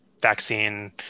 vaccine